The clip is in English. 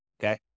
okay